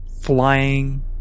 flying